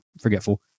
forgetful